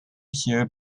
here